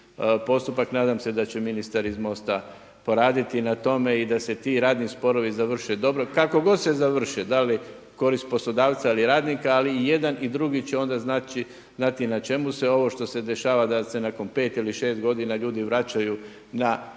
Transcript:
postupak. Nadam se da će ministar iz MOST-a poraditi na tome i da se ti radni sporovi završe dobro, kako god se završe, da li korist poslodavca ili radnika ali i jedan i drugi će onda znati na čemu se ovo što se dešava da se nakon 5 ili 6 godina ljudi vraćaju na